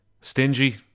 stingy